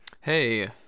hey